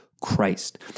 Christ